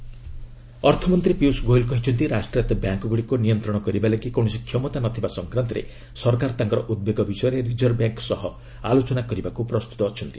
Goyal banks ଅର୍ଥମନ୍ତ୍ରୀ ପୀୟୁଷ ଗୋୟଲ୍ କହିଚ୍ଚନ୍ତି ରାଷ୍ଟ୍ରାୟତ୍ତ ବ୍ୟାଙ୍କଗୁଡ଼ିକୁ ନିୟନ୍ତ୍ରଣ କରିବା ଲାଗି କୌଣସି କ୍ଷମତା ନଥିବା ସଂକ୍ରାନ୍ତରେ ସରକାର ତାଙ୍କର ଉଦ୍ବେଗ ବିଷୟରେ ରିକର୍ଭବ୍ୟାଙ୍କ ସହ ଆଲୋଚନା କରିବାକୁ ପ୍ରସ୍ତୁତ ଅଛନ୍ତି